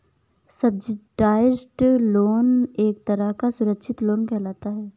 subsidised loan एक तरह का सुरक्षित लोन कहलाता है